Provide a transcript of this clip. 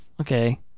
okay